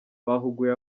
bahuguye